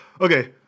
Okay